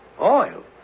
Oil